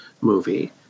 movie